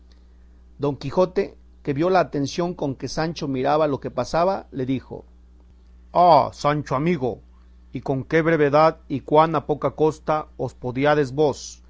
don quijote que vio la atención con que sancho miraba lo que pasaba le dijo ah sancho amigo y con qué brevedad y cuán a poca costa os podíades vos